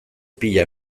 pila